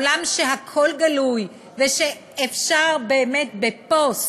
בעולם שהכול גלוי בו ואפשר באמת בפוסט,